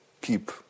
keep